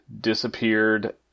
disappeared